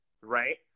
right